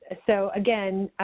ah so, again,